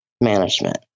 management